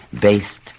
based